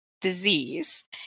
disease